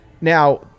Now